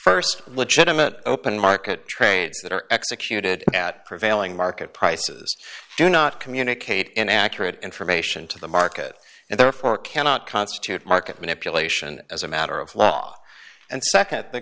st legitimate open market trades that are executed at prevailing market prices do not communicate in accurate information to the market and therefore cannot constitute market manipulation as a matter of law and